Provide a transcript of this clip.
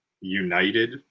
united